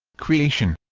creation